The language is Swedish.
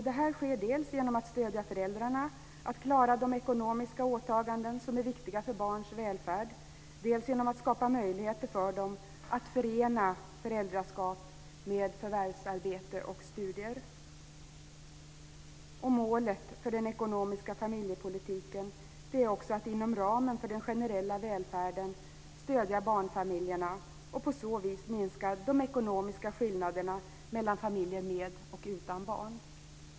Detta sker dels genom att stödja föräldrarna när det gäller att klara de ekonomiska åtaganden som är viktiga för barns välfärd, dels genom att skapa möjligheter för dem att förena föräldraskap med förvärvsarbete och studier. Målet för den ekonomiska familjepolitiken är också att inom ramen för den generella välfärden stödja barnfamiljerna och på så vis minska de ekonomiska skillnaderna mellan familjer med och utan barn.